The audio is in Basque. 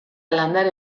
landare